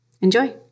Enjoy